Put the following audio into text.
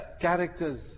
characters